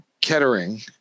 Kettering